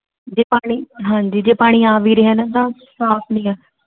ਜੇ ਪਾਣੀ ਹਾਂਜੀ ਜੇ ਪਾਣੀ ਆ ਵੀ ਰਿਹਾ ਨਾ ਸਾਫ਼ ਨਹੀਂ ਹੈ